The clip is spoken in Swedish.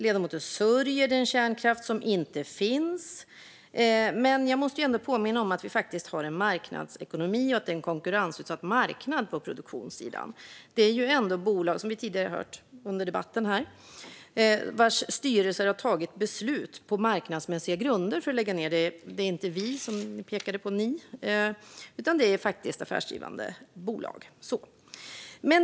Ledamoten sörjer den kärnkraft som inte finns. Men jag måste påminna om att vi faktiskt har marknadsekonomi och att det är en konkurrensutsatt marknad på produktionssidan. Det rör sig, som vi tidigare hört under debatten, om bolag vars styrelser har tagit beslut om nedläggning på marknadsmässiga grunder. Det var inte vi, som pekades ut, utan det var affärsdrivande bolag.